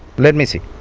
let me see